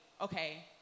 okay